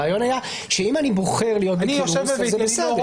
הרעיון היה שאם אני בוחר להיות בכינוס, זה בסדר.